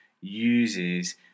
uses